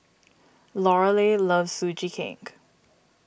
Lorelei loves Sugee Cake